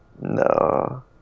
No